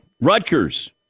Rutgers